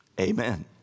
Amen